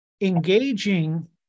engaging